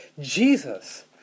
Jesus